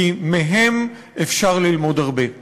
כי אפשר ללמוד מהם הרבה.